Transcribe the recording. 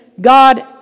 God